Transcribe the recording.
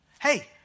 Hey